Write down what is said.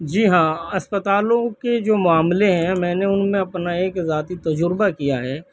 جی ہاں اسپتالوں کے جو معاملے ہیں میں نے ان میں اپنا ایک ذاتی تجربہ کیا ہے